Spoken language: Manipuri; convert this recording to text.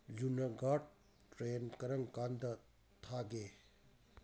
ꯖꯨꯅꯥꯘꯥꯠ ꯇ꯭ꯔꯦꯟ ꯀꯔꯝ ꯀꯥꯟꯗ ꯊꯥꯒꯦ